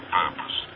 purpose